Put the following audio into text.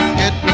get